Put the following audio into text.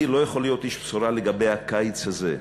אני לא יכול להיות איש בשורה לגבי הקיץ הזה,